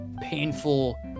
painful